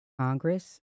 congress